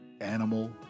animal